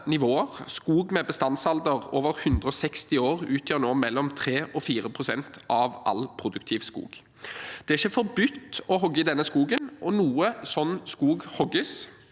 Skog med bestandsalder over 160 år utgjør nå mellom 3 og 4 pst. av all produktiv skog. Det er ikke forbudt å hogge i denne skogen, og noe slik skog hogges.